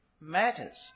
matters